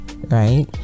right